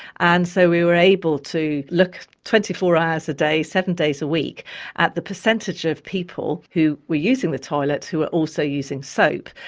and so we were able to look twenty four hours a day, seven days a week at the percentage of people who were using the toilets who were also using soap.